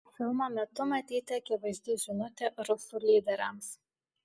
filmo metu matyti akivaizdi žinutė rusų lyderiams